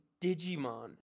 Digimon